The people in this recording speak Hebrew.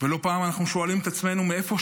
ולא פעם אנחנו שואלים את עצמנו מאיפה